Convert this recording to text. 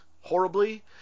horribly